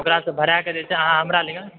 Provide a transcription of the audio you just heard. ओकरासँ भराए कऽ जे छै से अहाँ हमरा लग